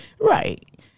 Right